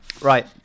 Right